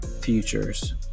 futures